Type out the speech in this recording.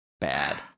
Bad